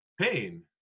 pain